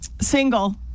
single